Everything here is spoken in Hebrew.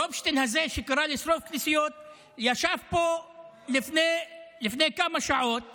גופשטיין הזה שקרא לשרוף כנסיות ישב פה לפני כמה שעות